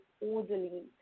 orderly